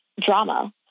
drama